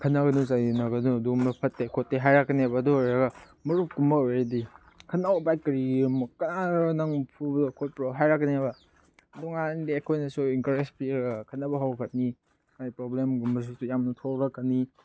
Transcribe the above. ꯈꯠꯅꯒꯅꯨ ꯆꯩꯅꯒꯅꯨ ꯑꯗꯨꯝꯕ ꯐꯠꯇꯦ ꯈꯣꯠꯇꯦ ꯍꯥꯏꯔꯛꯀꯅꯦꯕ ꯑꯗꯨ ꯑꯣꯏꯔꯒ ꯃꯔꯨꯞꯀꯨꯝꯕ ꯑꯣꯏꯔꯗꯤ ꯈꯠꯅꯧ ꯚꯥꯏ ꯀꯔꯤ ꯀꯅꯥ ꯅꯪ ꯐꯨꯕ꯭ꯔꯣ ꯈꯣꯠꯄ꯭ꯔꯣ ꯍꯥꯏꯔꯛꯀꯅꯦꯕ ꯑꯗꯨꯝꯀꯥꯟꯗꯗꯤ ꯑꯩꯈꯣꯏꯅꯁꯨ ꯑꯦꯟꯀꯔꯦꯁ ꯄꯤꯔꯒ ꯈꯠꯅꯕ ꯍꯧꯒꯅꯤ ꯃꯥꯏ ꯄ꯭ꯔꯣꯕ꯭ꯂꯦꯝꯒꯨꯝꯕꯁꯤꯁꯨ ꯌꯥꯝꯅ ꯊꯣꯂꯛꯀꯅꯤ